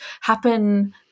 happen